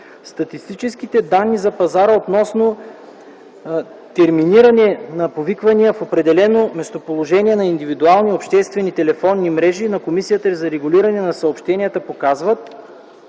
Статистическите данни за пазара относно терминиране на повиквания в определено местоположение на индивидуални обществени телефонни мрежи на Комисията за регулиране на съобщенията показват,